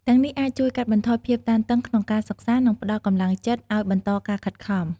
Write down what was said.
ទាំងនេះអាចជួយកាត់បន្ថយភាពតានតឹងក្នុងការសិក្សា និងផ្តល់កម្លាំងចិត្តឱ្យបន្តការខិតខំ។